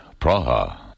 Praha